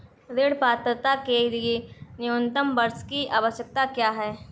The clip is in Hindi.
ऋण पात्रता के लिए न्यूनतम वर्ष की आवश्यकता क्या है?